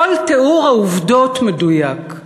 כל תיאור העובדות מדויק.